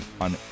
on